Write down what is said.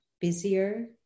busier